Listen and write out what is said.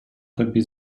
тобі